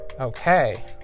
Okay